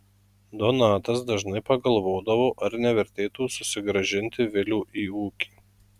donatas dažnai pagalvodavo ar nevertėtų susigrąžinti vilių į ūkį